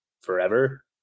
forever